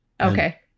Okay